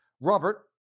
Robert